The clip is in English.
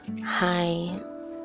hi